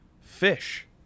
fish